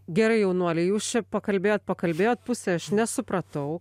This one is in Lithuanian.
gerai jaunuoliai jūs čia pakalbėjot pakalbėjot pusę aš nesupratau